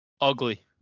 Ugly